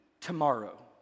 tomorrow